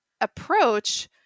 approach